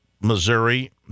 Missouri